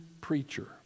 preacher